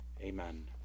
Amen